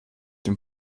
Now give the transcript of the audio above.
dem